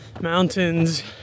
mountains